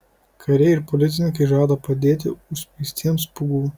kariai ir policininkai žada padėti užspeistiems pūgų